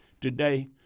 today